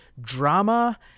drama